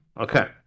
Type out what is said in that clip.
Okay